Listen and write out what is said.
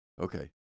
Okay